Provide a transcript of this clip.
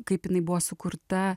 kaip jinai buvo sukurta